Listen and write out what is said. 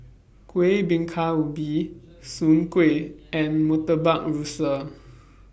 Kueh Bingka Ubi Soon Kueh and Murtabak Rusa